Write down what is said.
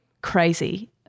crazy